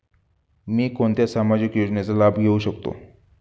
मी कोणत्या सामाजिक योजनेचा लाभ घेऊ शकते?